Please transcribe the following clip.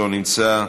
לא נמצא,